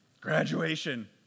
Graduation